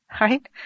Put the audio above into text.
Right